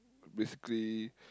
basically